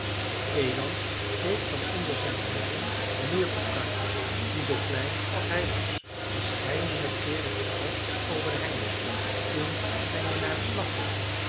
de eland keek van onder zijn haren neer op karr die zoo klein als hij was verscheiden keer per dag over de heining sprong toen ging hij naar den slagboom